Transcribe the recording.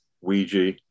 Ouija